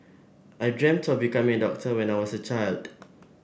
I dreamt of becoming a doctor when I was a child